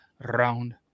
round